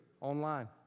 online